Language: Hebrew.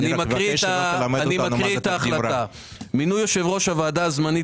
אני קורא את ההחלטה: "מינוי יושב-ראש הוועדה הזמנית